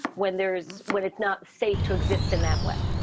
when there's when it's not safe to exist in that way